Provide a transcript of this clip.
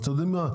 אתם יודעים מה?